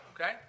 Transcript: okay